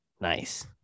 nice